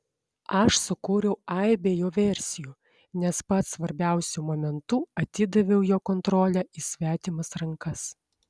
aš sukūriau aibę jo versijų nes pats svarbiausiu momentu atidaviau jo kontrolę į svetimas rankas